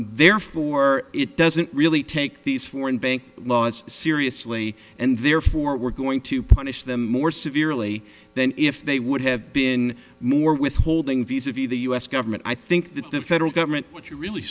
therefore it doesn't really take these foreign bank laws seriously and therefore we're going to punish them more severely than if they would have been more withholding visa v the u s government i think that the federal government